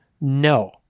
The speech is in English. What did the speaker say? No